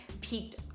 peaked